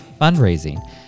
fundraising